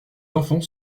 enfants